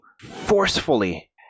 forcefully